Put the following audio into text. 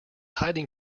hiding